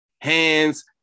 Hands